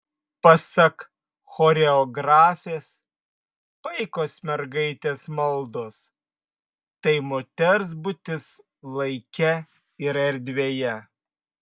pasak choreografės paikos mergaitės maldos tai moters būtis laike ir erdvėje